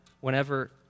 whenever